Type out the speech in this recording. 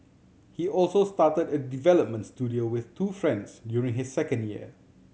he also started a development studio with two friends during his second year